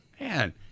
Man